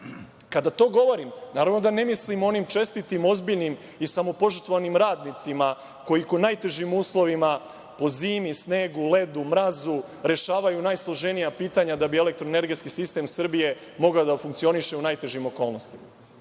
Kada to govorim, naravno da ne mislim o onim čestitim, ozbiljnim i samopožrtvovanim radnicima koji u najtežim uslovima, po zimi, snegu, ledu, mrazu rešavaju najsloženija pitanja da bi elektroenergetski sistem Srbije mogao da funkcioniše u najtežim okolnostima?